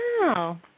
wow